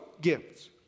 gifts